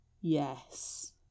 Yes